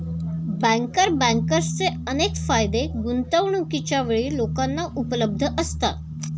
banker बँकर्सचे अनेक फायदे गुंतवणूकीच्या वेळी लोकांना उपलब्ध असतात